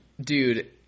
dude